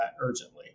urgently